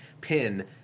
pin